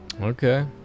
Okay